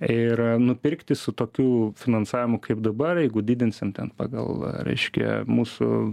ir nupirkti su tokiu finansavimu kaip dabar jeigu didinsim ten pagal reiškia mūsų